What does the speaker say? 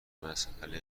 مساله